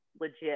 legit